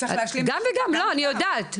אני יודעת.